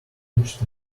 finished